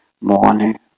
morning